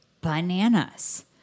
bananas